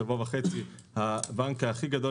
שבוע וחצי הבנק הכי גדול